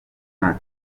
nta